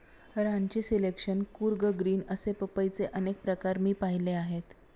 Ranchi selection, Coorg green असे पपईचे अनेक प्रकार मी पाहिले आहेत